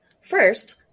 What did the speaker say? First